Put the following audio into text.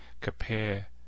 compare